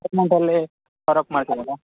amount ಅಲ್ಲೇ cover up ಮಾಡ್ತಿರಲ್ಲ